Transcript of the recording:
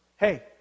Hey